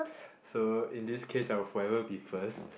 so in this case I will forever be first